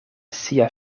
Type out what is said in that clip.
sia